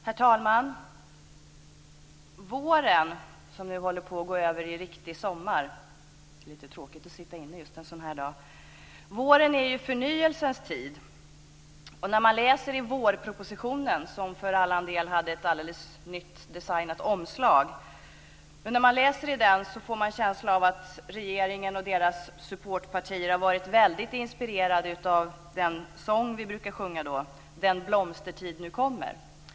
Herr talman! Våren som nu håller på att gå över i riktig sommar är ju förnyelsens tid. När man läser i vårpropositionen, som har ett alldeles nytt designat omslag, får man en känsla av att regeringen och dess supportpartier har varit väldigt inspirerade av den sång vi brukar sjunga på våren: Den blomstertid nu kommer.